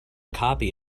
copy